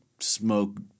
smoke